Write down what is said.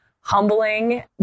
humbling